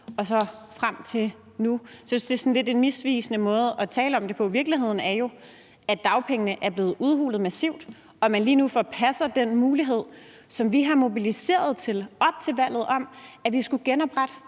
Så jeg synes, at det er sådan en lidt misvisende måde at tale om det på. Virkeligheden er jo, at dagpengene er blevet udhulet massivt, og at man lige nu forpasser den mulighed, som vi har mobiliseret op til valget, for at vi skulle genoprette